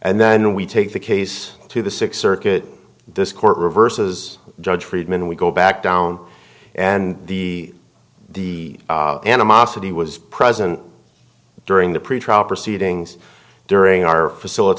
and then we take the case to the six circuit this court reverses judge friedman we go back down and the the animosity was present during the pretrial proceedings during our facilit